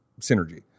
synergy